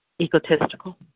egotistical